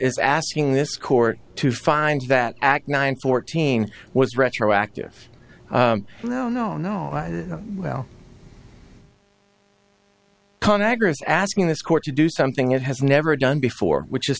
is asking this court to find that act nine fourteen was retroactive no no no no well con agra is asking this court to do something it has never done before which is